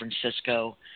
Francisco